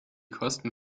kosten